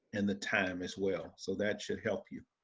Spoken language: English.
and the time as well. so that should help you.